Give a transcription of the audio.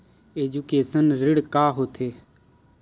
Education ऋण का होथे?